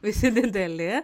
visi dideli